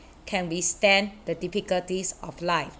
can withstand the difficulties of life